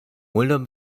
mulder